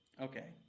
Okay